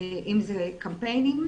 אם זה קמפיינים.